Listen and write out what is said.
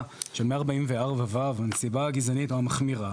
של 144(ו) או הנסיבה הגזענית המחמירה,